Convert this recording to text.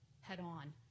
head-on